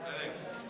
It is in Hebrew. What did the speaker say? דלג.